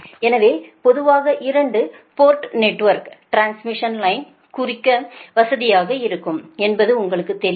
எனவே பொதுவாக இரண்டு போர்ட் நெட்வொர்க் டிரான்ஸ்மிஷன் லைனை குறிக்க வசதியாக இருக்கும் என்பது உங்களுக்குத் தெரியும்